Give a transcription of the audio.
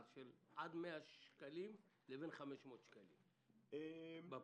של עד 100 שקלים ובין 500 שקלים בפרטי.